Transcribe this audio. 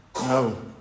No